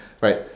Right